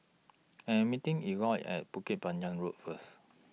I Am meeting Eliot At Bukit Panjang Road First